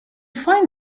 find